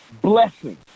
blessing